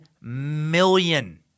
million